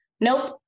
Nope